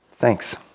Thanks